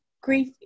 grief